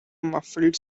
muffled